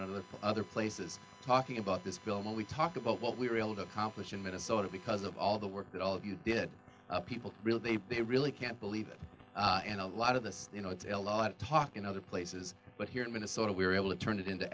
the other places talking about this bill when we talk about what we were able to accomplish in minnesota because of all the work that all of you did people really they they really can't believe it and a lot of this you know it's a lot of talk in other places but here in minnesota we were able to turn it into